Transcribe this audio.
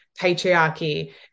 patriarchy